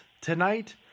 Tonight